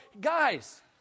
Guys